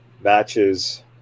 matches